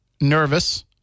nervous